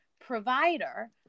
provider